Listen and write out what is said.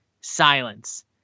silence